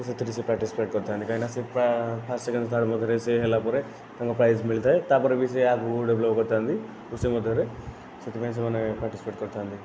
ସେଥିରେ ସେ ପାର୍ଟିସିପେଟ କରିଥାନ୍ତି କାହିଁକିନା ସେ ପୁରା ଫାଷ୍ଟ ସେକେଣ୍ଡ ଥାର୍ଡ଼ ସିଏ ହେଲାପରେ ତାଙ୍କୁ ପ୍ରାଇଜ ମିଳିଥାଏ ତାପରେ ଭି ସେ ଆଗକୁ ଡେଭେଲପ କରିଥାନ୍ତି ସେହି ମଧ୍ୟରେ ସେଥିପାଇଁ ସେମାନେ ପାର୍ଟିସିପେଟ କରିଥାନ୍ତି